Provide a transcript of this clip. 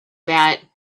that